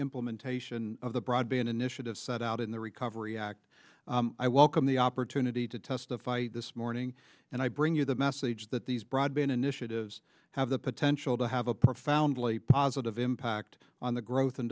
implementation of the broadband initiative set out in the recovery act i welcome the opportunity to testify this morning and i bring you the message that these broadband initiatives have the potential to have a profoundly positive impact on the growth and